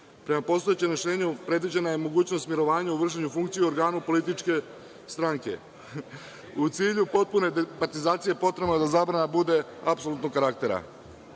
Prema postojećem rešenju, predviđena je mogućnost mirovanja u vršenju funkcije u organu političke stranke. U cilju potpune departizacije potrebno je da zabrana bude apsolutnog karaktera. Izmena